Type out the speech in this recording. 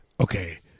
Okay